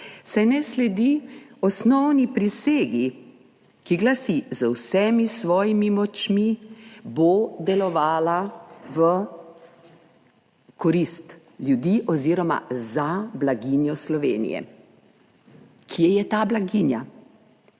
saj ne sledi osnovni prisegi, ki glasi: Z vsemi svojimi močmi bo delovala v korist ljudi oziroma za blaginjo Slovenije. Kje je ta blaginja?